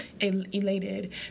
elated